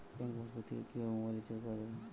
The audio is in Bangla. ব্যাঙ্ক পাশবই থেকে কিভাবে মোবাইল রিচার্জ করা যাবে?